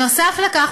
נוסף על כך,